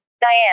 Diane